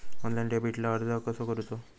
Online डेबिटला अर्ज कसो करूचो?